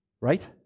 Right